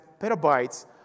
petabytes